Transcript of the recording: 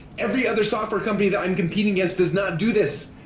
every other software company that i'm competing against does not do this.